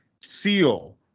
Seal